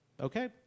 Okay